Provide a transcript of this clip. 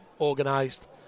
organised